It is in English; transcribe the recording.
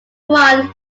won